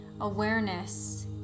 awareness